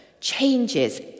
changes